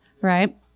Right